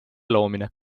loomine